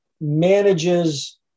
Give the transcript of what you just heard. manages